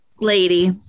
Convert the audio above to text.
lady